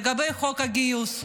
לגבי חוק הגיוס,